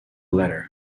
letter